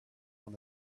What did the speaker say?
and